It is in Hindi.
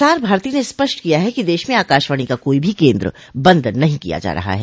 प्रसार भारती ने स्पष्ट किया है कि देश में आकाशवाणी का कोई भी केन्द्र बंद नहीं किया जा रहा है